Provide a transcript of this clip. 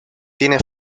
tiene